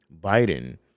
Biden